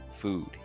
food